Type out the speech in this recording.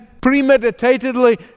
premeditatedly